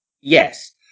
Yes